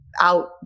out